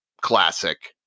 classic